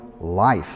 life